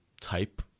type